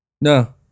No